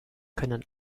können